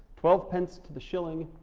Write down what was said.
twelve pence to the shilling,